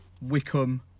wickham